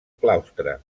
claustre